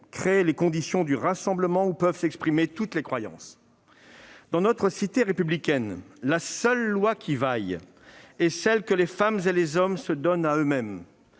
créer les conditions du rassemblement, au travers duquel peuvent s'exprimer toutes les croyances. Dans notre cité républicaine, la seule loi qui vaille est celle que les femmes et les hommes se donnent à eux-mêmes.